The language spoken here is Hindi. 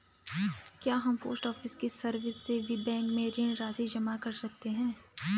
क्या हम पोस्ट ऑफिस की सर्विस से भी बैंक में ऋण राशि जमा कर सकते हैं?